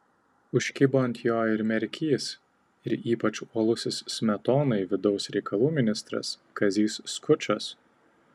užkibo ant jo ir merkys ir ypač uolusis smetonai vidaus reikalų ministras kazys skučas